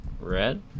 red